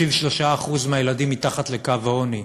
33% מהילדים מתחת לקו העוני.